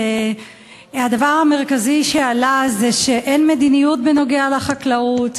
הדבר המרכזי שעלה זה שאין מדיניות בנוגע לחקלאות,